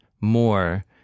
more